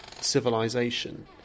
civilization